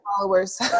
followers